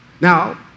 Now